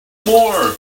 more